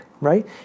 right